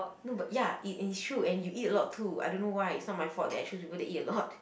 no but ya and it is true and you eat a lot too I don't know why it's not my fault that I choose to eat a lot